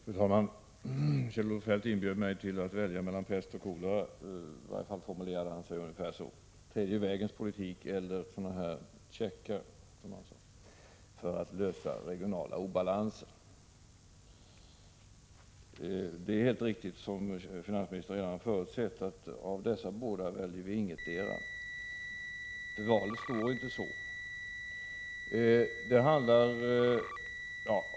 Fru talman! Kjell-Olof Feldt inbjöd mig att välja mellan pest och kolera, tredje vägens politik eller sådana här checkar, för att lösa regionala obalanser. Det är helt riktigt, som finansministern redan förutsett, att av dessa två väljer vi ingetdera. Valet står inte mellan dem.